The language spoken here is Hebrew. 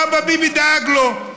אבא ביבי דאג לו.